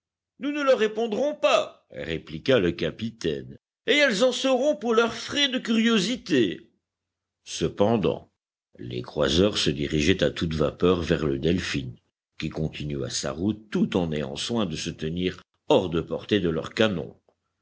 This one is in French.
nous ne leur répondrons pas répliqua le capitaine et elles en seront pour leurs frais de curiosité cependant les croiseurs se dirigeaient à toute vapeur vers le delphin qui continua sa route tout en ayant soin de se tenir hors de portée de leurs canons